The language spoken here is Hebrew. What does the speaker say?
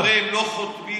הם אומרים: לא חותמים.